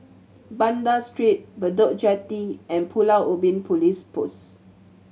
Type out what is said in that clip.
Banda Street Bedok Jetty and Pulau Ubin Police Post